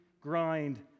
grind